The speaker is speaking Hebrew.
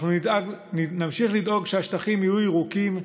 אנחנו נמשיך לדאוג שהשטחים יהיו ירוקים,